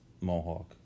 Mohawk